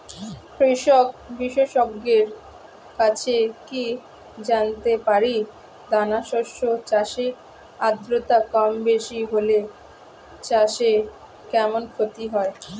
কৃষক বিশেষজ্ঞের কাছে কি জানতে পারি দানা শস্য চাষে আদ্রতা কমবেশি হলে চাষে কেমন ক্ষতি হয়?